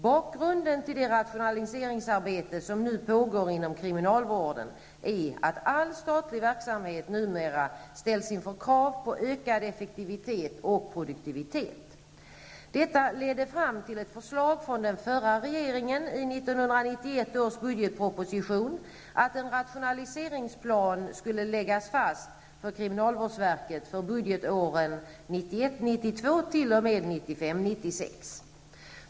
Bakgrunden till det rationaliseringsarbete som nu pågår inom kriminalvården är att all statlig verksamhet numera ställs inför krav på ökad effektivitet och produktivitet. Detta ledde fram till ett förslag från den förra regeringen i 1991 års budgetproposition, att en rationaliseringsplan skulle läggas fast för kriminalvårdsverket för budgetåren 1991 96.